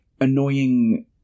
annoying